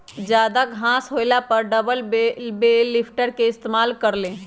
जादा घास होएला पर डबल बेल लिफ्टर के इस्तेमाल कर ल